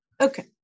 Okay